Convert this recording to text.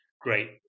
great